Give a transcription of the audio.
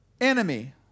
enemy